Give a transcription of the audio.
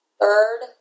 Third